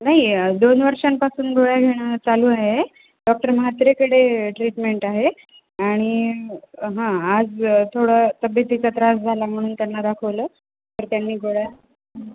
नाही दोन वर्षांपासून गोळ्या घेणं चालू आहे डॉक्टर म्हात्रेकडे ट्रीटमेंट आहे आणि हा आज थोडं तब्येतीचा त्रास झाला म्हणून त्यांना दाखवलं तर त्यांनी गोळ्या